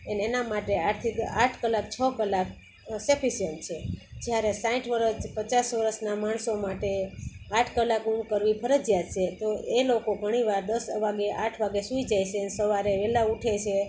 એને એના માટે આઠથી આઠ કલાક છ કલાક સેફિસન્ટ છે જ્યારે સાઠ વરસ પચાસ વરસના માણસો માટે આઠ કલાક ઊંઘ કરવી ફરજિયાત છે તો એ લોકો ઘણી વાર દસ વાગે આઠ વાગે સૂઈ જાય છે સવારે વહેલા ઉઠે છે